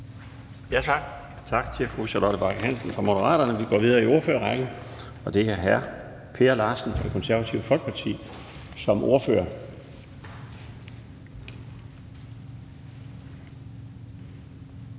Laustsen): Tak til fru Charlotte Bagge Hansen fra Moderaterne. Vi går videre i ordførerrækken, og det er til hr. Per Larsen fra Det Konservative Folkeparti som ordfører.